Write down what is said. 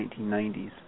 1990s